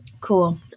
Cool